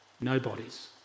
nobodies